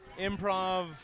improv